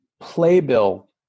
playbill